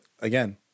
again